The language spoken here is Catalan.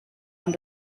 amb